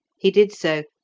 he did so,